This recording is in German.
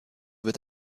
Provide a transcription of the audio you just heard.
wird